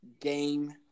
game